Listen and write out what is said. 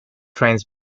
trains